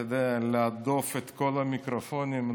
אתה יודע, להדוף את כל המיקרופונים.